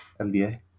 NBA